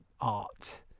art